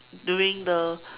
during the